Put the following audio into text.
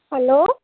hello